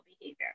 behavior